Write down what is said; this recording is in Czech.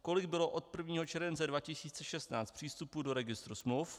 Kolik bylo od 1. července 2016 přístupů do registru smluv?